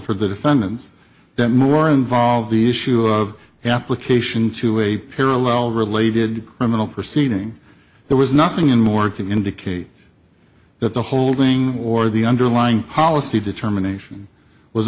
for the defendants that more involved the issue of application to a parallel related criminal proceeding there was nothing in more to indicate that the holding or the underlying policy determination was